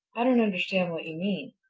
i don't understand what you mean.